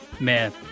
Man